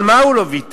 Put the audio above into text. על מה הוא לא ויתר?